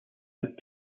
out